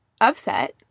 upset